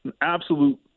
absolute